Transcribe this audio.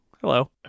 Hello